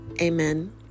Amen